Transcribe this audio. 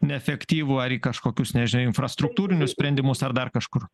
neefektyvų ar į kažkokius nežinau infrastruktūrinius sprendimus ar dar kažkur